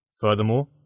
Furthermore